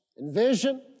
Envision